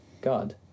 God